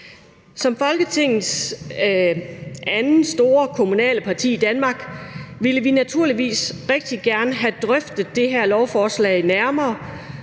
Som Folketingets andet store kommunale parti i Danmark ville vi naturligvis rigtig gerne have drøftet det her lovforslag nærmere,